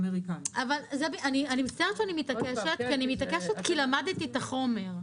אני מצטערת שאני מתעקשת, כי למדתי את החומר.